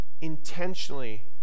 Intentionally